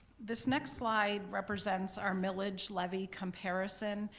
this next slide represents our millage levy comparison,